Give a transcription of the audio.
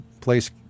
place